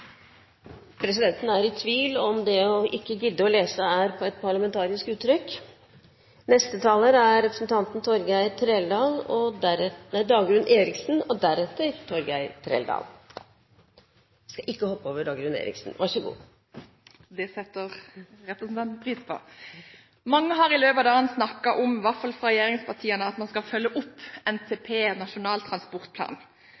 Presidenten er i tvil om «ikke har giddet» er et parlamentarisk uttrykk. Neste taler er representanten Torgeir Trældal og deretter – nei, Dagrun Eriksen og deretter Torgeir Trældal. Jeg skal ikke hoppe over Dagrun Eriksen. Det setter representanten pris på. Mange har i løpet av dagen – i hvert fall fra regjeringspartiene – snakket om at man skal følge opp